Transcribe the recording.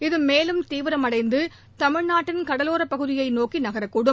இது மேலும் தீவிரமடைந்து தமிழ்நாட்டின் கடலோர பகுதியை நோக்கி நகரக்கூடும்